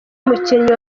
umukinnyi